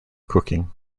cooking